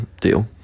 deal